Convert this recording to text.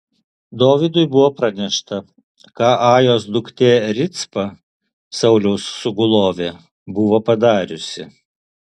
dovydui buvo pranešta ką ajos duktė ricpa sauliaus sugulovė buvo padariusi